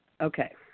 Okay